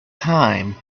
time